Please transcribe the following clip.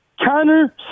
Connor